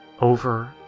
over